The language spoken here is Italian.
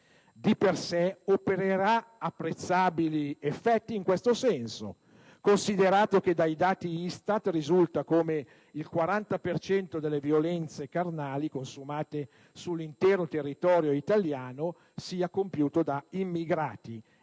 di per sé, opererà apprezzabili effetti in questo senso, considerato che dai dati ISTAT risulta come il 40 per cento delle violenze carnali consumate sull'intero territorio italiano sia compiuto da immigrati,